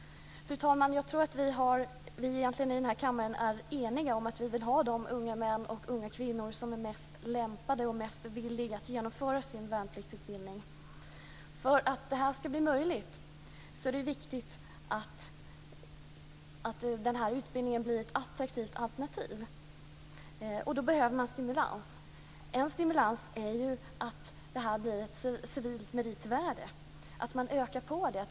Fru talman! Jag tror att vi i den här kammaren egentligen är eniga om att vi vill ha de unga män och unga kvinnor som är mest lämpade och mest villiga att genomföra sin värnpliktsutbildning. För att det här ska bli möjligt är det viktigt att utbildningen blir ett attraktivt alternativ, och för det behövs en stimulans. En sådan stimulans kan vara att tjänstgöringen får ett ökat civilt meritvärde.